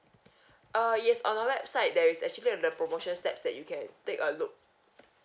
err yes on our website there is actually the promotions steps that you can take a look